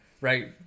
right